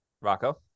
Rocco